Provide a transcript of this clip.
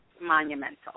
monumental